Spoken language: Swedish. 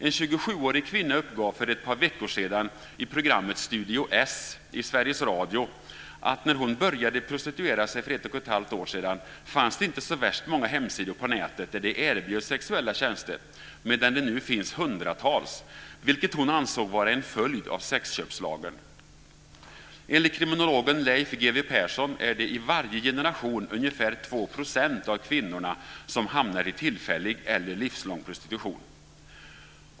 En 27-årig kvinna uppgav för ett par veckor sedan i programmet Studio Ett i Sveriges radio att när hon började prostituera sig för ett och ett halvt år sedan fanns det inte så värst många hemsidor på nätet där det erbjöds sexuella tjänster, medan det nu finns hundratals, vilket hon ansåg vara en följd av sexköpslagen. Enligt kriminologen Leif G. W. Persson är det i varje generation ungefär 2 % av kvinnorna som hamnar i tillfällig eller livslång prostitution.